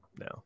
no